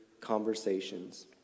conversations